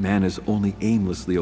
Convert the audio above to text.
man is only aimlessly